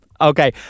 okay